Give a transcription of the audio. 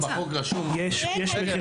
אבל בחוק רשום --- רגע,